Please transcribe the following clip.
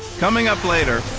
coming up later.